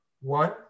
one